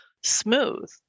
smooth